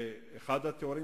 אחד התיאורים,